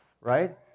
right